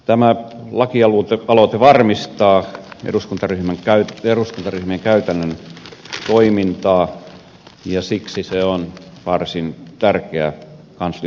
tämä lakialoite varmistaa eduskuntaryhmien käytännön toimintaa ja siksi se on varsin tärkeä kanslioiden kannalta